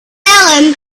salem